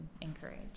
encourage